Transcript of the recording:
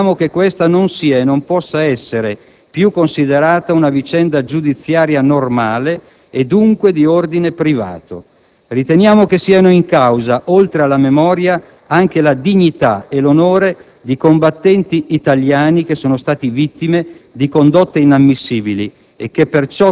Noi riteniamo che questa non sia e non possa essere più considerata una vicenda giudiziaria normale e, dunque, di ordine privato. Riteniamo che siano in causa, oltre alla memoria, anche la dignità e l'onore di combattenti italiani che sono stati vittime di condotte inammissibili